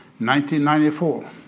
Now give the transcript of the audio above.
1994